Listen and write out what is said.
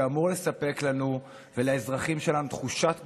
שאמור לספק לנו ולאזרחים שלנו תחושת ביטחון,